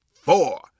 four